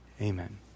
amen